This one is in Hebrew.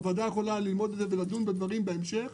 הוועדה יכולה ללמוד מזה ולדון בדברים בהמשך.